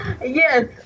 Yes